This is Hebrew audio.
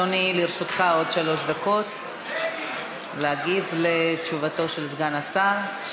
לרשותך עוד שלוש דקות להגיב לתשובתו של סגן השר.